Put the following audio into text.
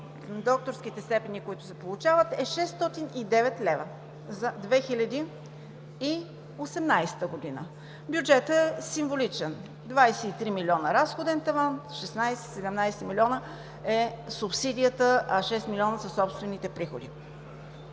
докторските степени, които се получават, е 609 лв. за 2018 г. Бюджетът символичен – 23 милиона разходен таван, 16 – 17 милиона е субсидията, а 6 милиона са собствените приходи.